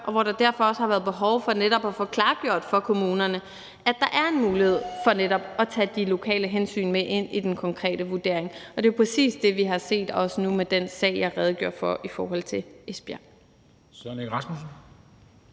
og hvor der derfor også har været behov for netop at få klargjort for kommunerne, at der er den mulighed for netop at tage de lokale hensyn med ind i den konkrete vurdering. Og det er jo præcis det, vi også har set nu med den sag i Esbjerg, jeg redegjorde for. Kl.